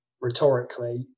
rhetorically